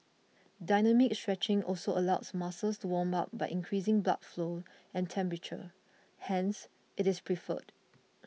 dynamic stretching also allows muscles to warm up by increasing blood flow and temperature hence it is preferred